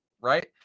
right